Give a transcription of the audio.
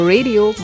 Radio